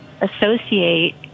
associate